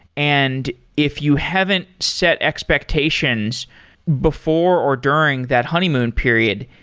and if you haven't set expectations before or during that honeymoon period,